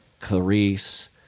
clarice